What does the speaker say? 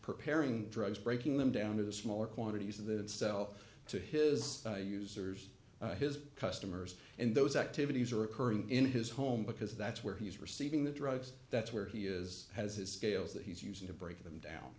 preparing drugs breaking them down to the smaller quantities of the cell to his users his customers and those activities are occurring in his home because that's where he's receiving the drugs that's where he is has his scales that he's using to break them down